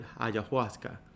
ayahuasca